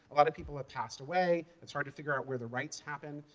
a lot of people ah passed away. it's hard to figure out where the rights happened.